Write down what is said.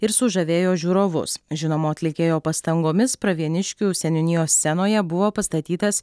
ir sužavėjo žiūrovus žinomo atlikėjo pastangomis pravieniškių seniūnijos scenoje buvo pastatytas